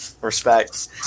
respect